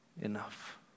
enough